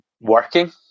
working